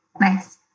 Nice